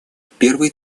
первый